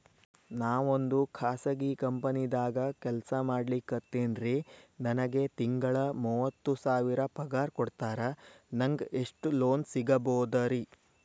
ನಾವೊಂದು ಖಾಸಗಿ ಕಂಪನಿದಾಗ ಕೆಲ್ಸ ಮಾಡ್ಲಿಕತ್ತಿನ್ರಿ, ನನಗೆ ತಿಂಗಳ ಮೂವತ್ತು ಸಾವಿರ ಪಗಾರ್ ಕೊಡ್ತಾರ, ನಂಗ್ ಎಷ್ಟು ಲೋನ್ ಸಿಗಬೋದ ರಿ?